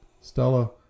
Stella